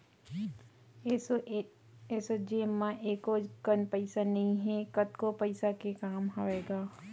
एसो जेब म एको कन पइसा नइ हे, कतको पइसा के काम हवय गा